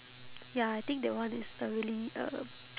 ya I think that one is the really um